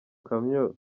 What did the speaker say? kamyo